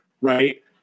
right